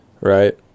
right